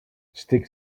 stick